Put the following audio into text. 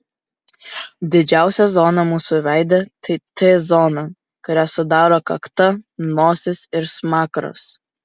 didžiausia zona mūsų veide tai t zona kurią sudaro kakta nosis ir smakras